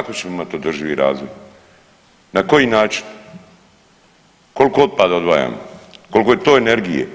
Pa kako ćemo imat održivi razvoj, na koji način, kolko otpada odvajamo, kolko je to energije